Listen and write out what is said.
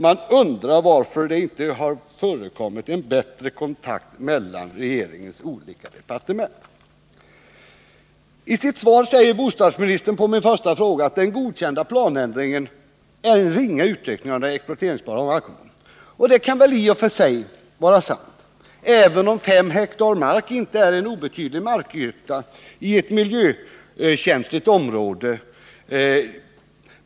Man undrar varför det inte förekommit en bättre kontakt mellan regeringens olika departement. I sitt svar säger bostadsministern att den godkända planändringen innebär en ringa utökning av den exploateringsbara marken. Det kan väl i och för sig vara sant, även om 5 ha mark inte är en obetydlig markyta i ett miljökänsligt område.